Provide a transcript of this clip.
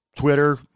Twitter